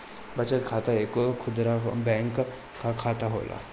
बचत खाता एगो खुदरा बैंक कअ खाता होला